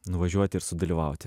nuvažiuoti ir sudalyvauti